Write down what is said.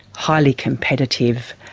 highly competitive,